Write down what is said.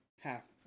half